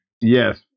Yes